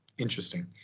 Interesting